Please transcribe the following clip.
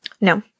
No